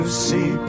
see